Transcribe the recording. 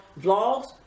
vlogs